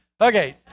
Okay